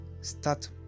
Start